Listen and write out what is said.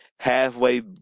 halfway